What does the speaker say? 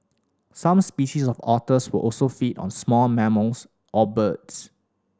some species of otters was also feed on small mammals or birds